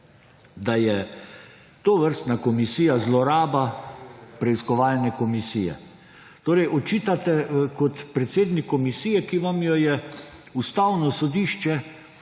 da je tovrstna komisija zloraba preiskovalne komisije. Torej očitate, kot predsednik komisije, ki vam jo je Ustavno sodišče